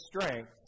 strength